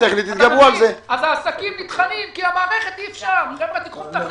אז העסקים נטחנים כי אי אפשר במערכת.